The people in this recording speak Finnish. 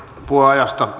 puheajasta